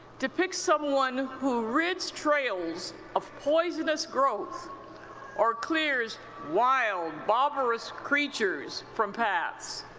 depicts someone who rids trails of poisonous growth or clears wild, barbarous creatures from paths.